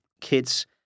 kids